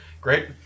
Great